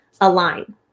align